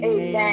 Amen